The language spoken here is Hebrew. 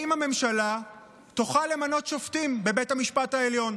האם הממשלה תוכל למנות שופטים בבית המשפט העליון?